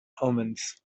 omens